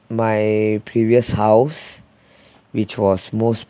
my previous house which was most